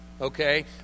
Okay